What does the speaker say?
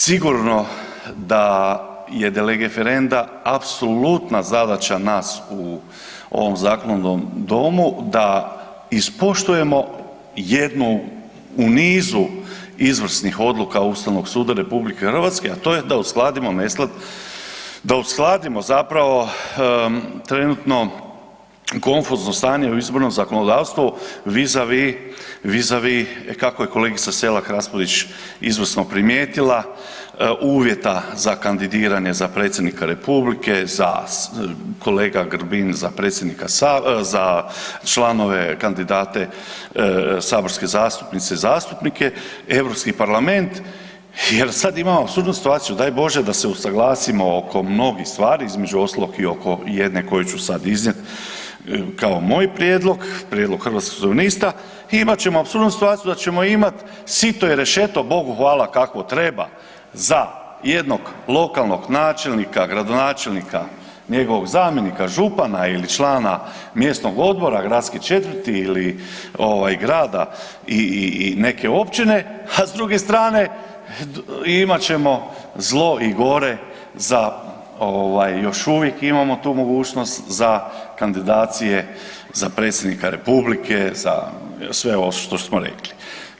Sigurno da je ... apsolutna zadaća nas u ovom zakonodavnom domu da ispoštujemo jednu u nizu izvrsnih odluka Ustavnog suda RH, a to je da uskladimo nesklad, da uskladimo zapravo trenutno konfuzno stanje u izbornom zakonodavstvu vi za vi, vi za vi, kako je kolegica Selak Raspudić izvrsno primijetila, uvjeta za kandidiranje za predsjednika republike, kolega Grbin za predsjednika .../nerazumljivo/... članove, kandidate saborske zastupnice i zastupnike, EU parlament jer sad imamo apsurdnu situaciju, daj Bože da se usaglasimo oko mnogih stvari, između ostalog i oko jedne koju ću sad iznijeti kao moj prijedlog, prijedlog Hrvatskih suverenista i imat ćemo apsurdnu situaciju da ćemo imati sito i rešeto, Bogu hvala, kako treba, za jednog lokalnog načelnika, gradonačelnika, njegovog zamjenika, župana ili člana mjesnog odbora gradske četvrti ili grada i neke općine, a s druge strane, imat ćemo zlo i gore za još uvijek imamo tu mogućnost, za kandidacije za predsjednika republike, za sve ovo što smo rekli.